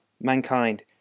mankind